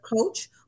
coach